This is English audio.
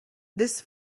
this